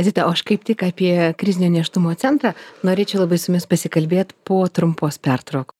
zita o aš kaip tik apie krizinio nėštumo centrą norėčiau labai jumis pasikalbėt po trumpos pertrauk